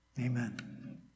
amen